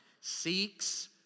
seeks